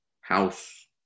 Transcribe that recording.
house